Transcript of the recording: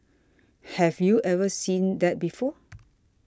have you ever seen that before